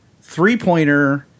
three-pointer